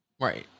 right